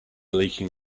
leaking